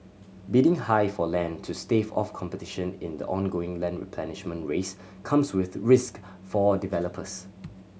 bidding high for land to stave off competition in the ongoing land replenishment race comes with risk for developers